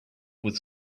was